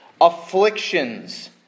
afflictions